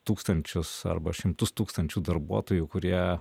tūkstančius arba šimtus tūkstančių darbuotojų kurie